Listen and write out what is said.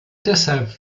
deshalb